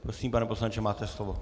Prosím, pane poslanče, máte slovo.